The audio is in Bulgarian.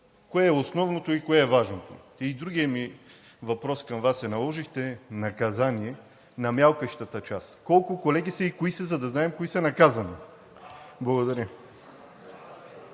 кое е основното и кое е важното. И другият ми въпрос към Вас е: наложихте наказание на мяукащата част. Колко колеги са и кои са, за да знаем кои се наказани? Благодаря.